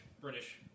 British